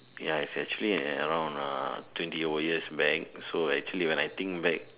ya it's actually around uh twenty over years back so actually when I think back